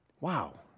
Wow